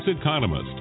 economist